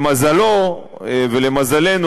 למזלו ולמזלנו,